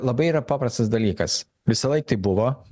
labai yra paprastas dalykas visąlaik taip buvo